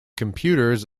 computers